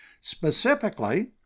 Specifically